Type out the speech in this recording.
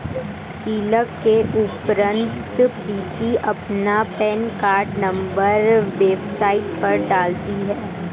click के उपरांत प्रीति अपना पेन कार्ड नंबर वेबसाइट पर डालती है